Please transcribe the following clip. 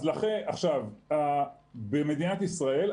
במדינת ישראל,